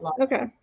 Okay